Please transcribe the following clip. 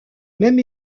même